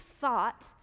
thought